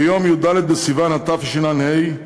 ביום י"ד בסיוון התשע"ה,